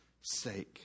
sake